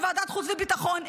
בוועדת החוץ והביטחון,